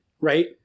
right